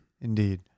Indeed